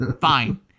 fine